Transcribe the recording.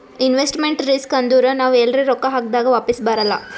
investment risk ಅಂದುರ್ ನಾವ್ ಎಲ್ರೆ ರೊಕ್ಕಾ ಹಾಕ್ದಾಗ್ ವಾಪಿಸ್ ಬರಲ್ಲ